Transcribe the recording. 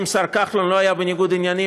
אם השר כחלון לא היה בניגוד עניינים,